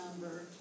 number